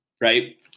right